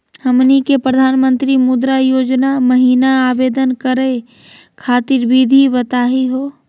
हमनी के प्रधानमंत्री मुद्रा योजना महिना आवेदन करे खातीर विधि बताही हो?